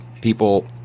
people